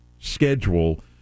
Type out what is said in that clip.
schedule